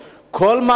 זה בית-המשפט העליון.